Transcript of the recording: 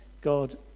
God